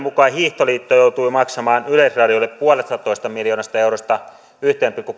mukaan hiihtoliitto joutui maksamaan yleisradiolle yhdestä pilkku viidestä miljoonasta eurosta yhteen pilkku